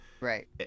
right